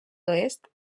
oest